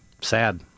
sad